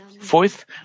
fourth